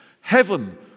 Heaven